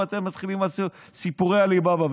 ואתם מתחילים עם סיפורי עלי באבא.